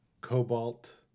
Cobalt